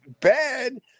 bad